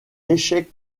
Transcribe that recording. échec